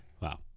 Wow